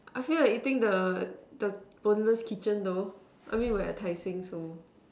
I feel like eating the the boneless kitchen though I mean we're at Tai-Seng so